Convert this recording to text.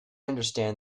understand